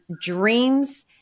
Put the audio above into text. dreams